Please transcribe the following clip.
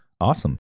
Awesome